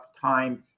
time